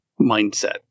mindset